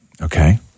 Okay